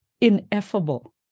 ineffable